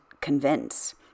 convince